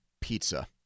pizza